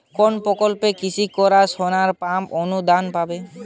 কোন প্রকল্পে কৃষকরা সোলার পাম্প অনুদান পাবে?